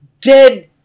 dead